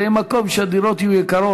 זה יהיה מקום שהדירות בו יהיו יקרות.